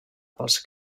pels